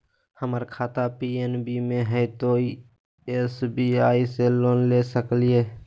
हमर खाता पी.एन.बी मे हय, तो एस.बी.आई से लोन ले सकलिए?